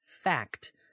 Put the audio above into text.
fact